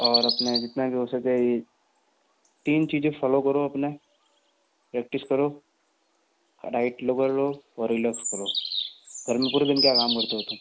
और अपने जितना भी हो सके ये तीन चीज़ें फॉलो करो अपने प्रैक्टिस करो और डाइट वगैरह लो और रिलेक्स करो घर में पूरे दिन क्या काम करते हो तुम